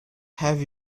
have